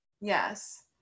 Yes